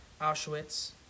Auschwitz